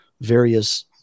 various